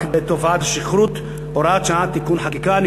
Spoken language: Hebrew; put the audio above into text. בתופעת השכרות (הוראת שעה ותיקון חקיקה) (תיקון).